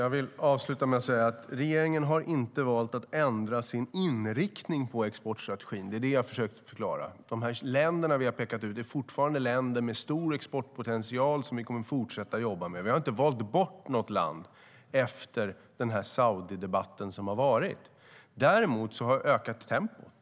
Herr talman! Jag vill avsluta med att säga att regeringen inte har valt att ändra sin inriktning på exportstrategin. Det är det jag försöker förklara. Länderna vi har pekat ut är fortfarande länder med stor exportpotential som vi kommer att fortsätta att jobba med. Vi har inte valt bort något land efter Saudidebatten. Däremot har vi ökat tempot.